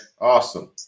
awesome